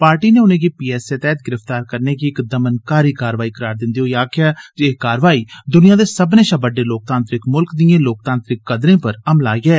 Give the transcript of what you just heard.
party नै उनेगी P S A तैहत गिरफ्तार करने गी इक दमनकारी कारवाई करार दिन्दे होई आक्खेआ जे एह कारवाई दुनिया दे सब्बनें शा बड्डे लोकतांत्रिक मुल्ख दिए लोकतांत्रिक कदरें पर हमला ऐ